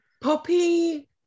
Poppy